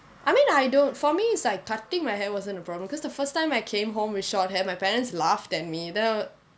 I mean I don't for me is like cutting my hair wasn't the problem because the first time I came home with short hair my parents laughed at me then I was